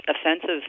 offensive